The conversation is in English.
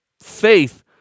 faith